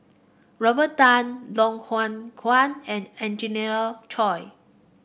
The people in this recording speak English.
Robert Tan Loh Hoong Kwan and Angelina Choy